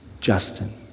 Justin